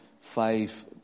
five